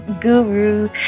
guru